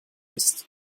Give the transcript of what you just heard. ist